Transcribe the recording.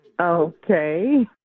Okay